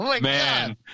man